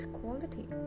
quality